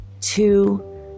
two